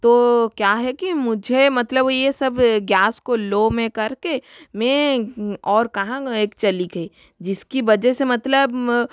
तो क्या है कि मुझे मतलब ये सब गैस को लो में कर के मैं और कहाँ एक चली गई जिसकी वजह से मतलब